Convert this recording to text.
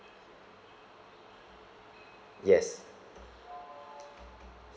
yes